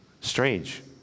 Strange